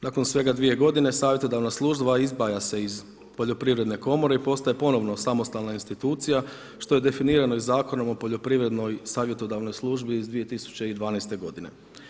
Nakon svega dvije godine Savjetodavna služba izdvaja se iz Poljoprivredne komore i postaje ponovno samostalna institucija što je definirano i Zakonom o poljoprivrednoj savjetodavnoj službi iz 2012. godine.